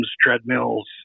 treadmills